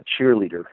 cheerleader